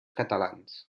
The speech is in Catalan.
catalans